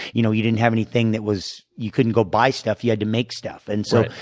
you know, you didn't have anything that was you couldn't go buy stuff. you had to make stuff. and so,